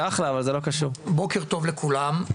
בוקר טוב לכולם.